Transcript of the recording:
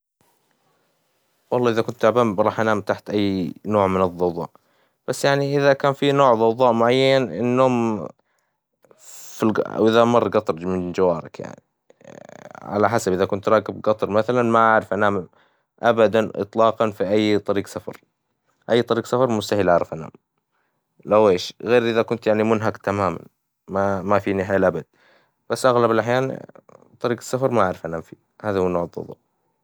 والله إذا كنت تعبان بروح أنام تحت أي نوع من الظوظاء، بس يعني اذا كان في نوع ظوظاء معين النوم في الج- إذا مر قطر من جوارك يعني، على حسب إذا كنت راكب قطر مثلًا ما أعرف أنام أبدًا إطلاقًا في أي طريق سفر، أي طريق سفر مستحيل أعرف أنام، لويش، غير إذا كنت يعني منهك تمامًا، ما ما فيني حيل أبدًا بس أغلب الأحيان طريق السفر ما أعرف أنام فيه، هذا هو نوع الظوظاء.